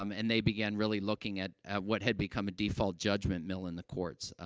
um and they began really looking at at what had become a default judgment mill in the courts. ah,